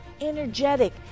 energetic